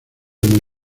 muy